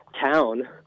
town